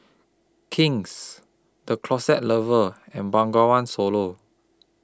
King's The Closet Lover and Bengawan Solo